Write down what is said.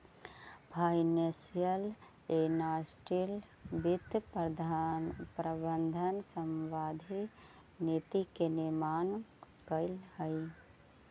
financial analyst वित्त प्रबंधन संबंधी नीति के निर्माण करऽ हइ